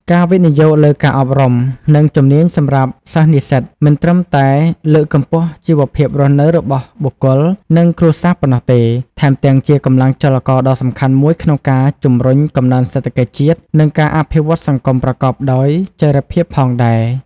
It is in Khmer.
ការវិនិយោគលើការអប់រំ និងជំនាញសម្រាប់សិស្សនិស្សិត មិនត្រឹមតែលើកកម្ពស់ជីវភាពរស់នៅរបស់បុគ្គល និងគ្រួសារប៉ុណ្ណោះទេ ថែមទាំងជាកម្លាំងចលករដ៏សំខាន់មួយក្នុងការជំរុញកំណើនសេដ្ឋកិច្ចជាតិ និងការអភិវឌ្ឍសង្គមប្រកបដោយចីរភាពផងដែរ។